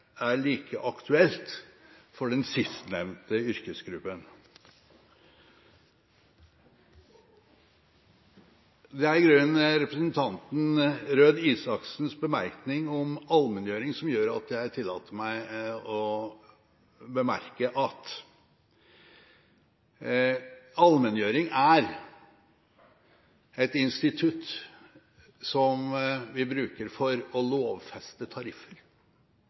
er like aktuelt for den sistnevnte yrkesgruppen. Det var i grunnen representanten Røe Isaksens bemerkning om allmenngjøring som gjorde at jeg tillater meg å bemerke at allmenngjøring er et institutt som vi bruker for å lovfeste tariffer